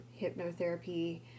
hypnotherapy